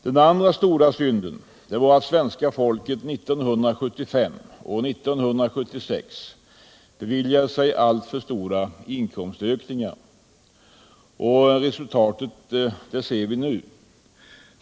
Den andra stora synden var att svenska folket 1975 och 1976 beviljade sig alltför stora inkomstökningar. Resultatet ser vi nu.